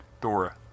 Dora